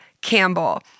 Campbell